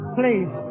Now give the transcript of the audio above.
please